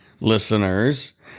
listeners